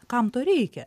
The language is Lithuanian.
kam to reikia